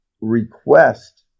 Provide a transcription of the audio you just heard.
request